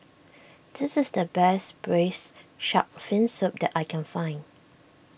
this is the best Braised Shark Fin Soup that I can find